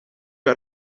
got